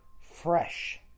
fresh